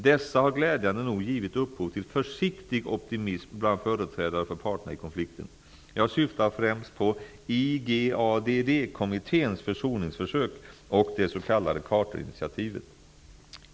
Dessa har glädjande nog givit upphov till försiktig optimism bland företrädare för parterna i konflikten. Jag syftar främst på IGADD-kommitténs försoningsförsök och det s.k. Carterinitiativet.